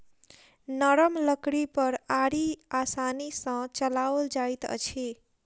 नरम लकड़ी पर आरी आसानी सॅ चलाओल जाइत अछि